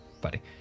Buddy